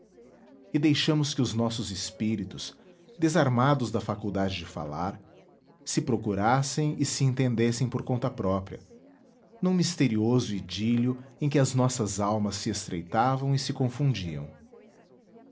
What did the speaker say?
e deixamos que os nossos espíritos desarmados da faculdade de falar se procurassem e se entendessem por conta própria num misterioso idílio em que as nossas almas se estreitavam e se confundiam